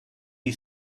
you